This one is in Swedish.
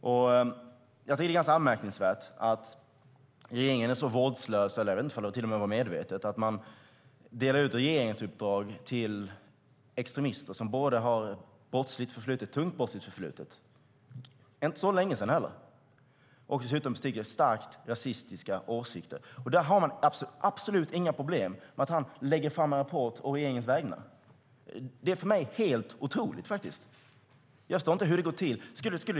Jag tycker att det är ganska anmärkningsvärt att regeringen är så vårdslös, eller om det kanske till och med var medvetet, att man delar ut regeringsuppdrag till extremister som både har ett tungt brottsligt förflutet, med handlingar som begåtts för inte så länge sedan heller, och dessutom hyser starkt rasistiska åsikter. Man har absolut inga problem med att han lägger fram en rapport å regeringens vägnar. Det är för mig helt otroligt. Jag förstår inte hur det går till.